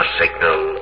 signal